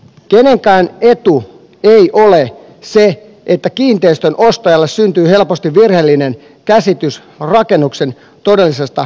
kenenkään etu ei ole se että kiinteistön ostajalle syntyy helposti virheellinen käsitys rakennuksen todellisesta energiatehokkuudesta